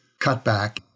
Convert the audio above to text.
cutback